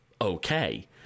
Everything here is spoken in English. okay